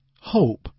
hope